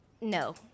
No